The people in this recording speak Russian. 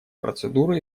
процедуры